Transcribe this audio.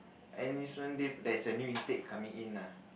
enlistment day there's a new intake coming in nah